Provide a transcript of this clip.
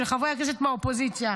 לחברי הכנסת מהאופוזיציה.